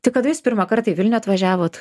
tai kada jūs pirmą kartą į vilnių atvažiavot